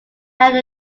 have